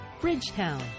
Bridgetown